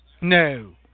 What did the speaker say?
No